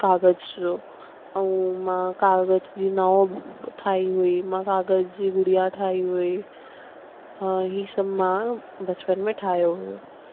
कागज़ जो ऐं मां कागज़ जी नाव ठाही हुई मां कागज़ जी गुड़िया ठाही हुई अ हीअ सभु मां बचपन में ठाहियो हुयो